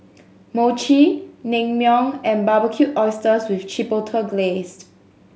Mochi Naengmyeon and Barbecued Oysters with Chipotle Glaze